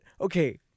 okay